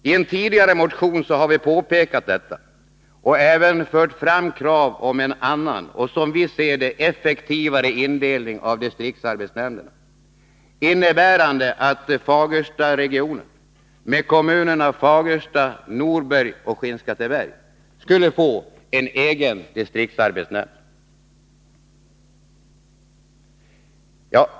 I en tidigare motion har vi påpekat detta och även fört fram krav om en annan och som vi ser det effektivare indelning av distriktsarbetsnämnderna, innebärande att Fagerstaregionen med kommunerna Fagersta, Norberg och Skinnskatteberg skulle få egen distriktsarbetsnämnd.